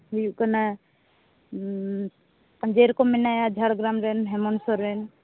ᱦᱩᱭᱩᱜ ᱠᱟᱱᱟᱭ ᱡᱮᱨᱚᱠᱚᱢ ᱢᱮᱱᱟᱭᱟ ᱡᱷᱟᱲᱜᱨᱟᱢ ᱨᱮᱱ ᱦᱮᱢᱚᱱᱛ ᱥᱚᱨᱮᱱ